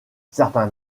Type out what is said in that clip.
certains